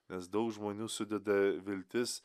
nes daug žmonių sudeda viltis